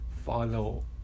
Follow